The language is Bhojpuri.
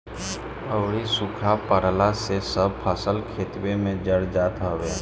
अउरी सुखा पड़ला से सब फसल खेतवे में जर जात हवे